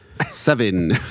seven